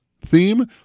theme